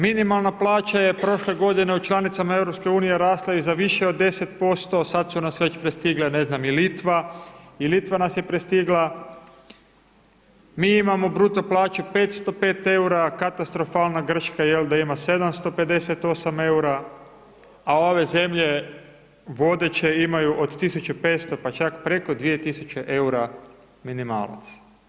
Minimalna plaća je prošle godine u članicama EU rasla i za više od 10%, sad su nas već prestigle ne znam i Litva i Litva nas je prestigla, mi imamo bruto plaću 505 EUR-a, a katastrofalna Grčka jelda ima 758 EUR-a, a ove zemlje vodeće imaju od 1.500 pa čak preko 2.000 EUR-a minimalac.